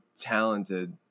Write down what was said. talented